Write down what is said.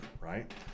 right